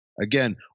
Again